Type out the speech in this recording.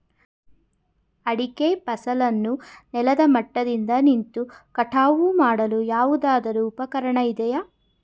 ಅಡಿಕೆ ಫಸಲನ್ನು ನೆಲದ ಮಟ್ಟದಿಂದ ನಿಂತು ಕಟಾವು ಮಾಡಲು ಯಾವುದಾದರು ಉಪಕರಣ ಇದೆಯಾ?